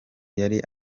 yari